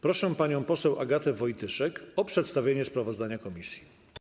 Proszę panią poseł Agatę Wojtyszek o przedstawienie sprawozdania komisji.